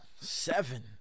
Seven